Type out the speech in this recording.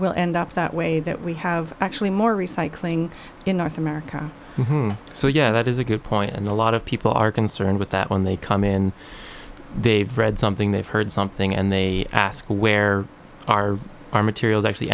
will end up that way that we have actually more recycling in north america so yeah that is a good point and a lot of people are concerned with that when they come in they've read something they've heard something and they ask where are our materials actually